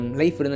life